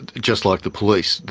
and just like the police,